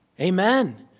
amen